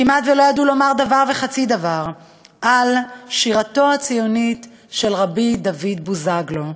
כמעט לא ידעו לומר דבר וחצי דבר על שירתו הציונית של רבי דוד בוזגלו,